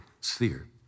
sphere